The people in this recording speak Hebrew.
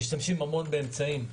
משתמשים המון באמצעים: